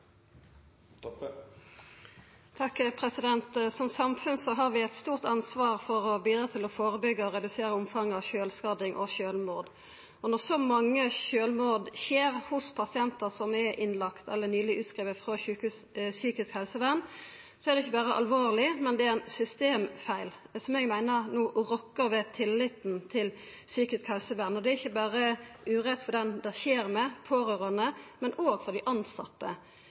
Som samfunn har vi eit stort ansvar for å bidra til å førebyggja og redusera omfanget av sjølvskading og sjølvmord. Når så mange sjølvmord skjer hos pasientar som er innlagde eller nyleg utskrivne frå psykisk helsevern, er det ikkje berre alvorleg, men det er ein systemfeil som eg meiner rokkar ved tilliten til psykisk helsevern. Det er ikkje berre urett for den det skjer med, og for dei pårørande, men òg for